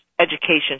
education